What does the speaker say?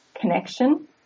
connection